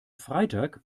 freitag